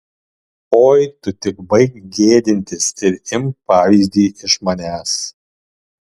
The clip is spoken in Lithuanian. oi tu tik baik gėdintis ir imk pavyzdį iš manęs